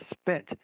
spent